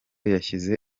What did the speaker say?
yashyize